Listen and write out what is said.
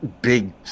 Big